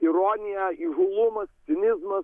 ironija įžūlumas cinizmas